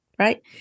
Right